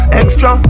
extra